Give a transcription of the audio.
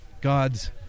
God's